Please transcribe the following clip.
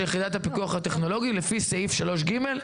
יחידת הפיקוח הטכנולוגי לפי סעיף 3ג,